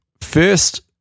first